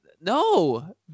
no